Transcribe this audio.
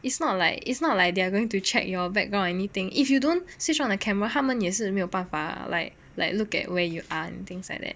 it's not like it's not like they are going to check your background or anything if you don't switch on the camera 他们也是没有办法 like like look at where you are and things like that